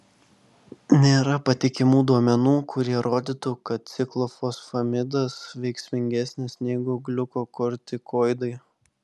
nėra patikimų duomenų kurie rodytų kad ciklofosfamidas veiksmingesnis negu gliukokortikoidai